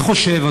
אני חושב,